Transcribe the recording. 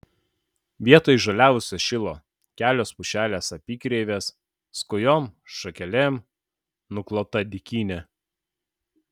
vietoj žaliavusio šilo kelios pušelės apykreivės skujom šakelėm nuklota dykynė